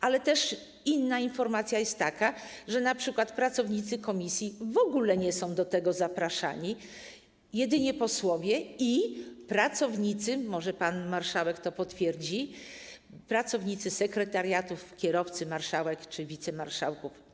Ale też inna informacja jest taka, że np. pracownicy komisji w ogóle nie są do tego zapraszani, jedynie posłowie i - może pan marszałek to potwierdzi - pracownicy sekretariatów, kierowcy marszałek czy wicemarszałków.